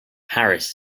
harris